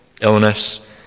illness